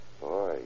Boy